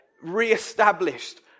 reestablished